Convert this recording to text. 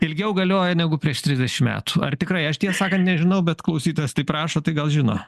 ilgiau galioja negu prieš trisdešimt metų ar tikrai aš tiesą sakant nežinau bet klausytojas taip rašo tai gal žino